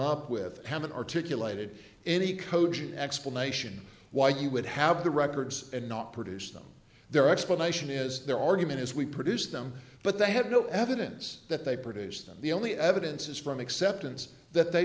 up with have an articulated any cogent explanation why you would have the records and not produce them their explanation is their argument is we produce them but they have no evidence that they produced and the only evidence is from acceptance that they